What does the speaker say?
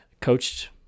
coached